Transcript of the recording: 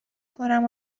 کنم